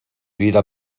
vida